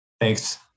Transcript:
Thanks